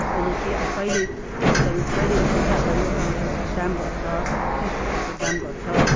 अहिले कि अब कहिले चाहिँ कहिलेदेखि चाहिँ अब यो टमाटरहरूको दाम घट्छ चिजबिजहरूको दाम घट्छ